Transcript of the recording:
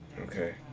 Okay